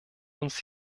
uns